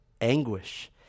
anguish